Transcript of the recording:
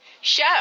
show